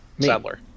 Sadler